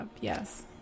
Yes